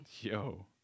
Yo